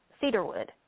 cedarwood